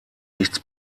nichts